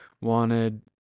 wanted